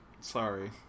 sorry